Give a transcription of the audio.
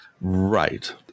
Right